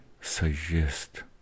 suggest